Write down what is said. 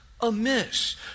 amiss